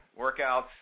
workouts